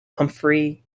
humphry